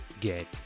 get